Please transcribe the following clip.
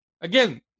again